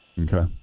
Okay